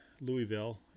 Louisville